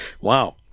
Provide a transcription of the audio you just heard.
Wow